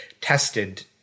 tested